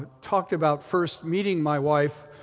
talked about first meeting my wife,